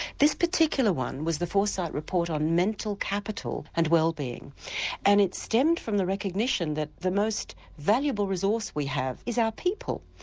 this particular one was the foresight report on mental capital and wellbeing and it stemmed from the recognition that the most valuable resource we have is our people.